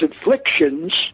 afflictions